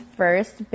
first